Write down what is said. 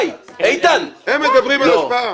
הם מדברים על השפעה?